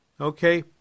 okay